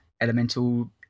elemental